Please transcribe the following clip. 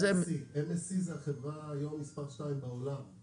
MSC זו החברה מס' 2 בעולם היום.